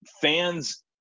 fans